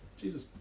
Jesus